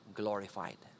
glorified